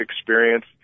experience